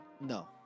No